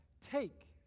Take